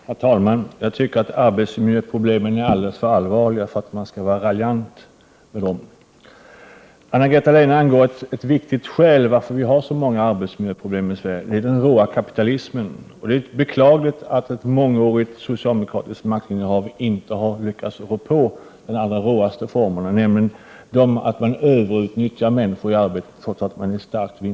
Herr talman! Jag tycker att arbetsmiljöproblemen är alldeles för allvarliga för att man skall vara raljant när man talar om dem. Anna-Greta Leijon angav ett viktigt skäl till varför vi har så många arbetsmiljöproblem i Sverige. Det är den råa kapitalismen som är orsaken. Det är beklagligt att ett mångårigt socialdemokratiskt maktinnehav inte har lyckats rå på de allra råaste formerna, nämligen överutnyttjande av människor i arbete, trots starkt vinstgivande verksamhet.